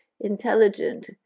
intelligent